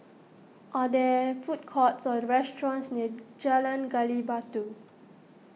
are there food courts or restaurants near Jalan Gali Batu